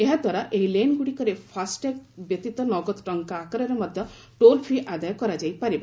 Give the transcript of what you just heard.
ଏହାଦ୍ୱାରା ଏହି ଲେନ୍ଗୁଡ଼ିକରେ ଫାସ୍ଟ୍ୟାଗ୍ ଜରିଆ ବ୍ୟତୀତ ନଗଦ ଟଙ୍କା ଆକାରରେ ମଧ୍ୟ ଟୋଲ୍ ଫି' ଆଦାୟ କରାଯାଇ ପାରିବ